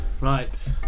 right